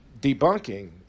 debunking